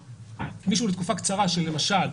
למשל,